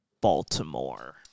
Baltimore